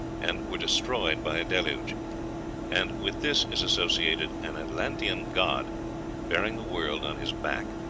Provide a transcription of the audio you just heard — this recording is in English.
and were destroyed by a deluge and with this is associated an atlantean god bearing the world on his back.